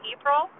April